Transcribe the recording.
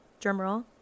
drumroll